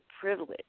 privilege